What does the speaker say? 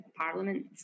Parliament